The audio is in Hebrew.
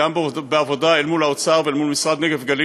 גם בעבודה אל מול האוצר ואל מול משרד נגב-גליל,